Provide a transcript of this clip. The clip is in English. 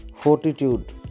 Fortitude